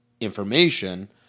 information